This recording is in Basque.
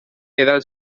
edan